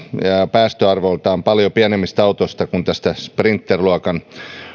päästöarvoiltaan paljon pienemmistä autoista kuin sprinter luokan